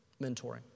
mentoring